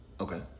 okay